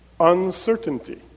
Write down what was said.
Uncertainty